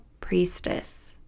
priestess